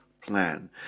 plan